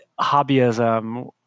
hobbyism